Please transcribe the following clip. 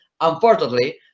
unfortunately